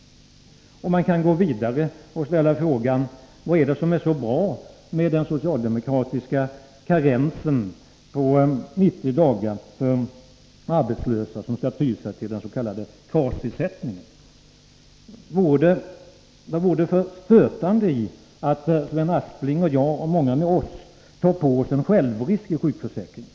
Man kan gå vidare och ställa frågan: Vad är det som är så bra med det socialdemokratiska systemet med en karens på 90 dagar för arbetslösa, som skall ty sig till den s.k. KAS-ersättningen? Vad vore det för stötande i att Sven Aspling och jag och många med oss tog på oss en självrisk i sjukförsäkringen?